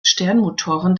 sternmotoren